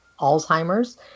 Alzheimer's